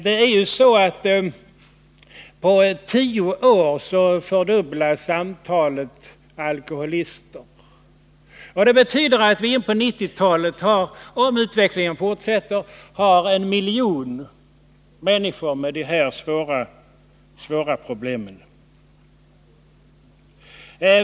Det är faktiskt så att antalet alkoholister fördubblas på tio år. Det betyder att vi på 1990-talet, om utvecklingen fortsätter, har en miljon människor med dessa svåra problem.